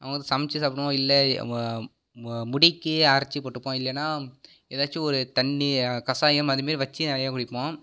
நாங்கள் வந்து சமைச்சு சாப்பிடுவோம் இல்லை முடிக்கி அரைச்சி போட்டுப்போம் இல்லேனா ஏதாச்சும் ஒரு தண்ணி கசாயம் அதுமாரி வச்சு நிறையா குடிப்போம்